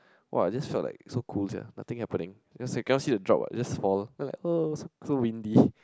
!wah! I just felt like so cool sia nothing happening cannot see cannot see the drop [what] just fall then I was like oh so windy